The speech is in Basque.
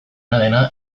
dena